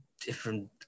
different